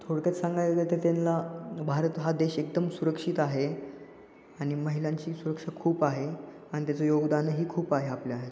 थोडक्यात सांगायचं झालं तर त्यांला भारत हा देश एकदम सुरक्षित आहे आनि महिलांची सुरक्षा खूप आहे आणि त्याचं योगदानही खूप आहे आपल्या ह्याच्यात